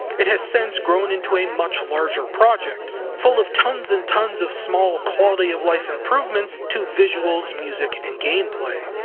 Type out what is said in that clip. it has since grown into a much larger project, full of tons and tons of small quality-of-life improvements to visuals, music, and gameplay.